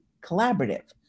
collaborative